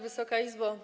Wysoka Izbo!